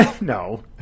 No